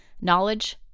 knowledge